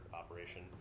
operation